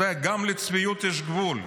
אתה יודע, גם לצביעות יש גבול.